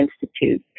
Institute